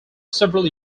several